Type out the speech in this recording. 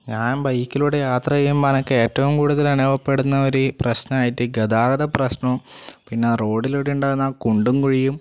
ഞാൻ ബൈക്കിലൂടെ യാത്ര ചെയ്യുമ്പോൾ എനിക്ക് ഏറ്റവും കൂടുതൽ അനുഭവപ്പെടുന്ന ഒരു പ്രശ്നമായിട്ട് ഈ ഗതാഗത പ്രശ്നവും പിന്നെ റോഡിലൂടെ ഉണ്ടാകുന്ന അ കുണ്ടും കുഴിയും